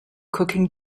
cooking